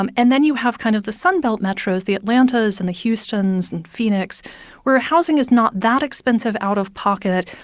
um and then you have kind of the sunbelt metros the atlantas and the houstons and phoenix where housing is not that expensive out of pocket,